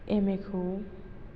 एमएखौ